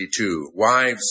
Wives